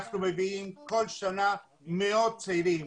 אנחנו מביאים כל שנה מאות צעירים